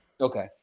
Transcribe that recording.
Okay